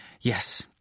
Yes